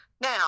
Now